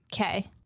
Okay